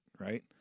right